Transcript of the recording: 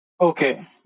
Okay